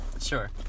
sure